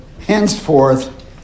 henceforth